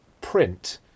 print